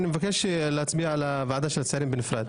אני מבקש להצביע בנפרד על הוועדה של הצעירים.